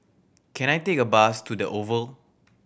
can I take a bus to The Oval